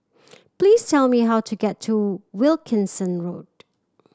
please tell me how to get to Wilkinson Road